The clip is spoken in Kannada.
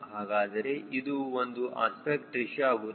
ಹಾಗಾದರೆ ಇದು ಒಂದು ಅಸ್ಪೆಕ್ಟ್ ರೇಶಿಯೋ ಆಗುತ್ತದೆ